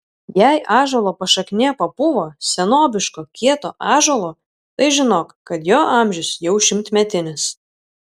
jei ąžuolo pašaknė papuvo senobiško kieto ąžuolo tai žinok kad jo amžius jau šimtmetinis